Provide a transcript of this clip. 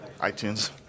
iTunes